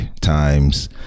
times